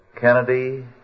Kennedy